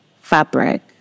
fabric